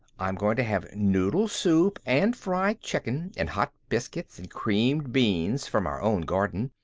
i'm going to have noodle-soup, and fried chicken, and hot biscuits, and creamed beans from our own garden,